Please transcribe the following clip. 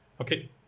okay